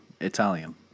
Italian